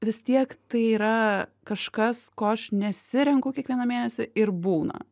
vis tiek tai yra kažkas ko aš nesirenku kiekvieną mėnesį ir būna